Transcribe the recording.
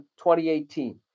2018